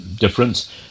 difference